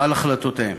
על החלטותיהם.